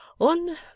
On